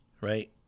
right